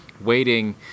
waiting